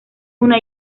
una